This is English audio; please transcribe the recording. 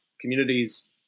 communities